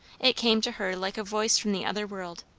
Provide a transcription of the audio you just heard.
it came to her like a voice from the other world.